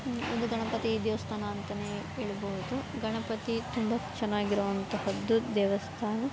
ಹ್ಞೂ ಒಂದು ಗಣಪತಿ ದೇವಸ್ಥಾನ ಅಂತಲೇ ಹೇಳ್ಬೋದು ಗಣಪತಿ ತುಂಬ ಚೆನ್ನಾಗಿರುವಂತಹದ್ದು ದೇವಸ್ಥಾನ